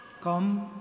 Come